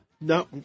No